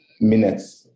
minutes